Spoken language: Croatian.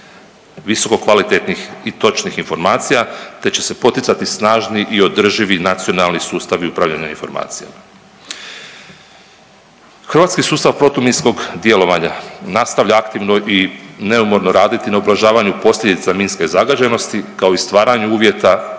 visoko kvalitetnih i točnih informacija te će se poticati snažni i održivi nacionalni sustavi upravljanja informacijama. Hrvatski sustav protuminskog djelovanja nastavlja aktivno i neumorno raditi na ublažavanju posljedica minske zagađenosti kao i stvaranju uvjetima